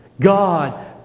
God